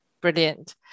Brilliant